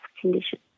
condition